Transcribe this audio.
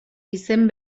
izen